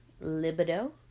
libido